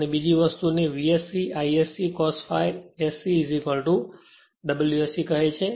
અને અહીં બીજી વસ્તુને VSC ISC cos ∅ sc WSC કહે છે